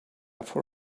for